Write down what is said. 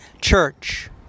church